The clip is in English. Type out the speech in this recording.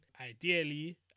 ideally